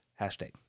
hashtag